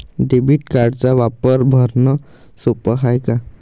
Debit कार्डचा वापर भरनं सोप हाय का?